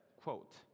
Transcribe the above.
quote